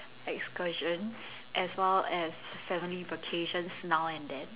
excursion as well as family vacations now and then